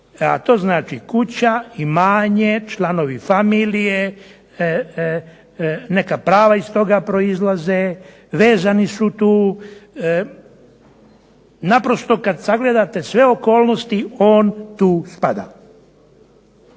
a to znači kuća, imanje, članovi familije, neka prava iz toga proizlaze, vezani su tu. Naprosto kad sagledate sve okolnosti on tu spada.